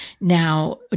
Now